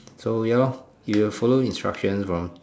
so ya lor if you follow instructions from